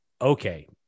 okay